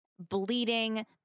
bleeding